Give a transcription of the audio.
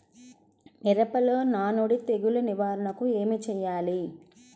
మిరపలో నానుడి తెగులు నివారణకు ఏమి చేయాలి?